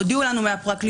הודיעו לנו מהפרקליטות